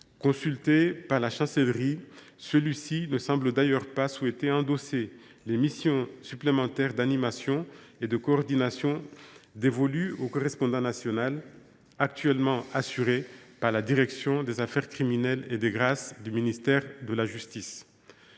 Consulté par la Chancellerie, ce dernier ne semble d’ailleurs pas souhaiter endosser les missions supplémentaires d’animation et de coordination dévolues au correspondant national, actuellement assurées par la direction des affaires criminelles et des grâces (DACG) du ministère de la justice.